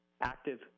active